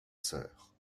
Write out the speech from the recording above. sœur